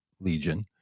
legion